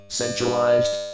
centralized